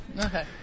Okay